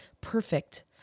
Perfect